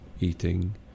eating